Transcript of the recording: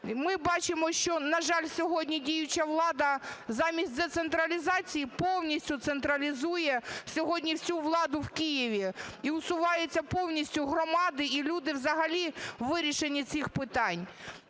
Ми бачимо, що, на жаль, сьогодні діюча влада замість децентралізації повністю централізує сьогодні всю владу в Києві і усуваються повністю громади і люди взагалі у вирішенні цих питань.